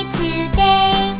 Today